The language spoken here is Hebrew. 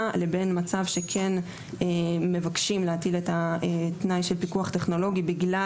לבין מצב שכן מבקשים להטיל את התנאי של פיקוח טכנולוגי בגלל